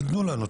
תנו לנו תשובה.